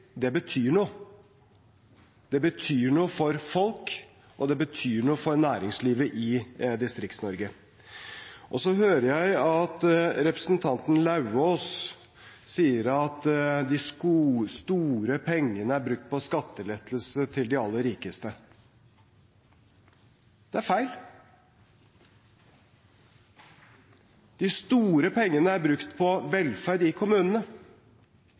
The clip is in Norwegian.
det betyr noe. Det betyr noe for folk, og det betyr noe for næringslivet i Distrikts-Norge. Så hører jeg at representanten Lauvås sier at de store pengene er brukt på skattelettelse til de aller rikeste. Det er feil. De store pengene er brukt på velferd i kommunene.